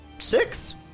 Six